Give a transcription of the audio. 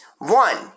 One